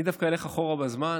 אני דווקא אלך אחורה בזמן,